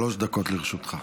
שלוש דקות לרשותך.